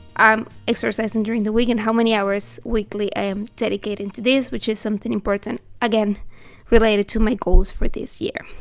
i'm exercising during the week and how many hours weekly i'm dedicating to it which is something important, again related to my goals for this year.